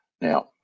now